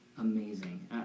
Amazing